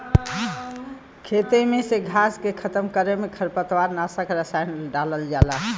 खेते में से घास के खतम करे में खरपतवार नाशक रसायन डालल जाला